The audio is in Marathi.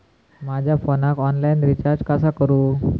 माझ्या फोनाक ऑनलाइन रिचार्ज कसा करू?